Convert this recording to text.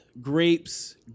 grapes